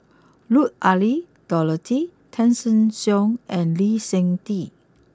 Lut Ali Dorothy Tessensohn and Lee Seng Tee